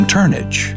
Turnage